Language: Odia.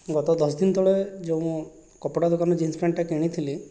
ଗତ ଦଶଦିନ ତଳେ ଯେଉଁ ମୁଁ କପଡ଼ା ଦୋକାନରୁ ଜିନ୍ସ ପ୍ୟାଣ୍ଟଟା କିଣିଥିଲି